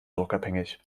druckabhängig